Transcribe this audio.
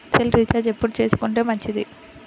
Cell recharge ఎప్పుడు చేసుకొంటే మంచిది?